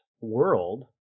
world